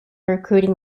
recruiting